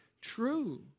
true